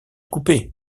couper